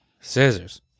Scissors